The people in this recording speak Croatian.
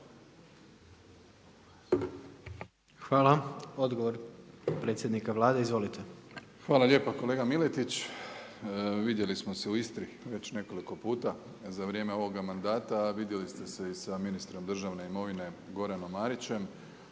Hvala. Odgovor predsjednika Vlade. Izvolite. **Plenković, Andrej (HDZ)** Hvala lijepa kolega Miletić. Vidjeli smo se u Istri već nekoliko puta za vrijeme ovoga mandata, a vidjeli ste se i sa ministrom državne imovine Goranom Marićem